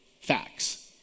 facts